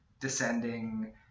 descending